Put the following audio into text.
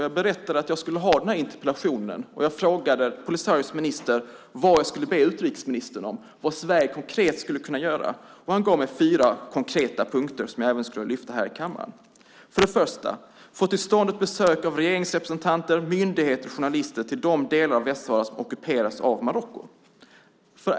Jag berättade att jag skulle ställa denna interpellation, och jag frågade Polisarios minister vad jag skulle be utrikesministern om och vad Sverige konkret skulle kunna göra. Han gav mig fyra konkreta punkter som jag vill lyfta fram här i kammaren. För det första önskar man att få till stånd ett besök av regeringsrepresentanter, myndigheter och journalister till de delar av Västsahara som ockuperas av Marocko.